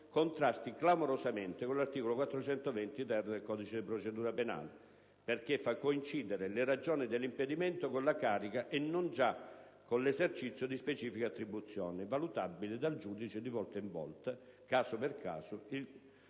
contrasti clamorosamente con l'articolo 420-*ter* del codice di procedura penale, perché fa coincidere le ragioni dell'impedimento con la carica e non già con l'esercizio di specifiche attribuzioni, valutabili dal giudice di volta in volta, caso per caso.